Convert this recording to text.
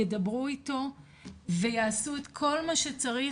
ידברו אתו ויעשו את כל מה שצריך,